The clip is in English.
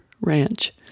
Ranch